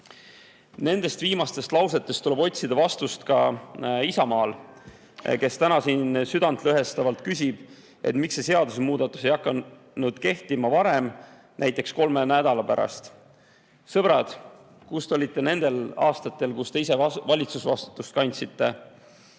Nendest viimastest lausetest tuleb otsida vastust ka Isamaal, kes täna siin südantlõhestavalt küsib, et miks see seadusemuudatus ei hakka kehtima varem, näiteks kolme nädala pärast. Sõbrad, kus te olite nendel aastatel, kui te ise valitsusvastutust kandsite